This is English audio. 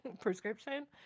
prescription